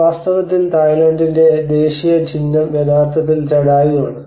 വാസ്തവത്തിൽ തായ്ലൻഡിന്റെ ദേശീയ ചിഹ്നം യഥാർത്ഥത്തിൽ ജടായു ആണ്